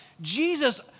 Jesus